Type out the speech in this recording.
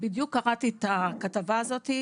בדיוק קראתי את הכתבה הזאת,